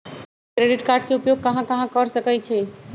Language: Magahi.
क्रेडिट कार्ड के उपयोग कहां कहां कर सकईछी?